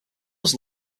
was